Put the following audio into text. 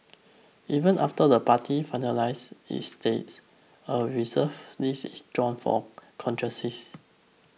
even after the party finalises its slate a Reserve List is drawn for contingencies